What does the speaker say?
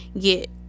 get